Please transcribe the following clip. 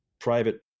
private